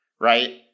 right